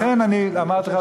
לכן אני אמרתי לך,